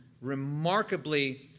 remarkably